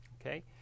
Okay